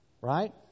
Right